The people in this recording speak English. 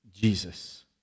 Jesus